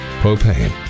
Propane